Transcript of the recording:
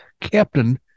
captain